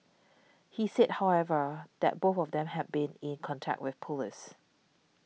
he said however that both of them had been in contact with police